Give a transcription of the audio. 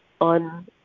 on